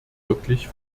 wirklich